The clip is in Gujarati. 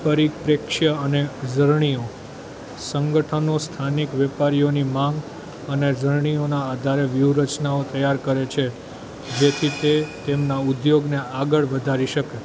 પરિપ્રેક્ષ્ય અને ઝરણિયો સંગઠનો સ્થાનિક વેપારોની માંગ અને ઝરણિયોના આધારે વ્યૂહરચનાઓ તૈયાર કરે છે જેથી તે તેમના ઉદ્યોગને આગળ વધારી શકે